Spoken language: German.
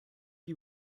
die